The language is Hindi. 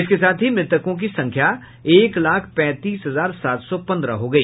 इसके साथ ही मृतकों की संख्या एक लाख पैंतीस हजार सात सौ पंद्रह हो गई